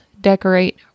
decorate